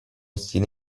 stile